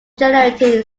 generating